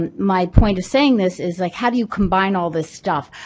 and my point of saying this is like how do you combine all this stuff.